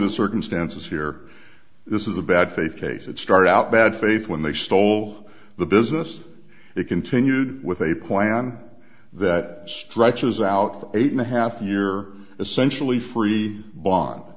the circumstances here this is a bad faith case it started out bad faith when they stole the business it continued with a plan that stretches out eight and a half year essentially free bond